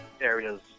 areas